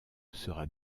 sera